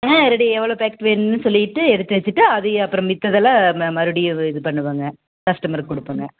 ஆ ready எவ்வளோ packet வேணும்ன்னு சொல்லிவிட்டு எடுத்து வச்சிட்டு அதையே அப்புறம் மத்ததெல்லாம் ம மறுபடியும் இது பண்ணுவோம்ங்க கஸ்டமருக்கு கொடுப்போம்ங்க